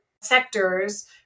sectors